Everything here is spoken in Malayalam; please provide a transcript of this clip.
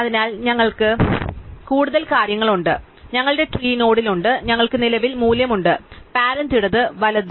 അതിനാൽ ഞങ്ങൾക്ക് കൂടുതൽ കാര്യങ്ങൾ ഉണ്ട് അതിനാൽ ഞങ്ങളുടെ ട്രീ നോഡിൽ ഉണ്ട് ഞങ്ങൾക്ക് നിലവിൽ മൂല്യമുണ്ട് പാരന്റ് ഇടത് വലത്